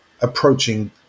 approaching